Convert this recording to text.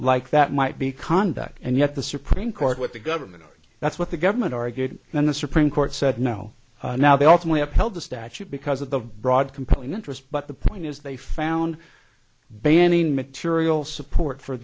like that might be conduct and yet the supreme court with the government that's what the government argued and the supreme court said no now they alternately upheld the statute because of the broad compelling interest but the point is they found banning material support for